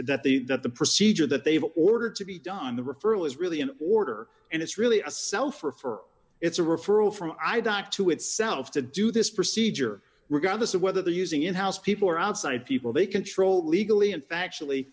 that the that the procedure that they've ordered to be done on the referral is really in order and it's really a cell for it's a referral from i diot to itself to do this procedure regardless of whether they're using in house people or outside people they controlled legally and factually